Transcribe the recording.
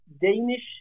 Danish